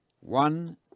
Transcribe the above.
one